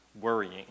worrying